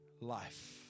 life